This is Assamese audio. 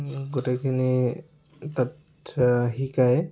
গোটেইখিনি তাত শিকায়